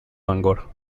bangor